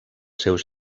seus